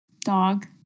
Dog